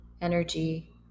energy